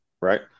right